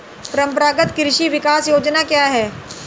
परंपरागत कृषि विकास योजना क्या है?